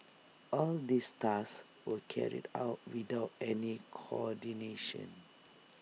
all these tasks were carried out without any coordination